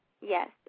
Yes